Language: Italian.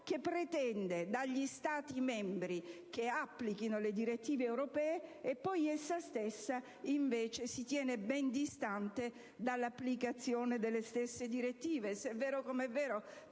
che pretende dagli Stati membri che applichino le direttive europee mentre poi essa stessa si tiene ben distante dall'applicazione delle medesime direttive,